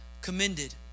commended